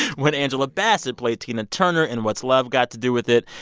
when angela bassett played tina turner in what's love got to do with it,